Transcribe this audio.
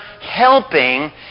helping